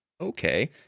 Okay